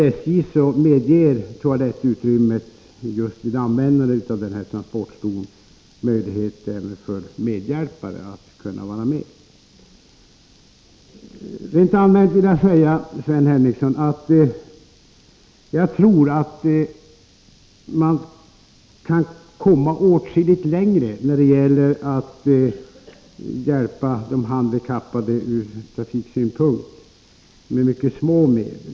Enligt SJ medger toalettutrymmet vid användandet av denna transportstol att även medhjälpare kan vara med. Rent allmänt vill jag säga Sven Henricsson att jag tror att man med mycket små medel kan komma åtskilligt längre när det gäller att hjälpa de handikappade från trafiksynpunkt.